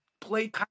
play